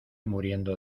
muriendo